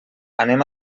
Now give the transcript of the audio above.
anem